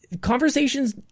conversations